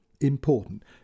Important